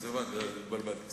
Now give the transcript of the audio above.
הבנתי, התבלבלתי.